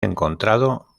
encontrado